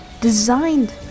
designed